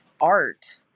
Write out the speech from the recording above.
art